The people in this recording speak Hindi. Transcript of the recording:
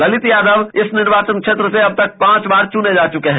ललित यादव इस निर्वाचन क्षेत्र से अब तक पांच बार चुने जा चुके हैं